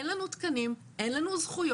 אין לנו תקנים, אין לנו זכויות,